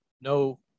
no